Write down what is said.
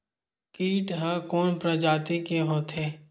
कीट ह कोन प्रजाति के होथे?